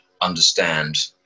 understand